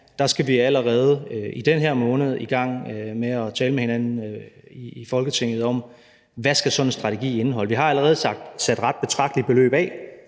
Der skal vi allerede i den her måned i gang med at tale med hinanden i Folketinget om, hvad sådan en strategi skal indeholde. Vi har allerede sat et ret betragteligt beløb,